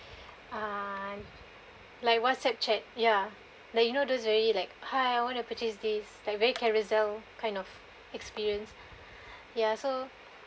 (uh)like whatsapp chat ya that you know those very like hi I want to purchase this very carousell kind of experience ya so